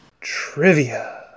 Trivia